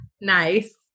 Nice